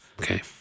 Okay